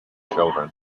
children